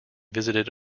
visited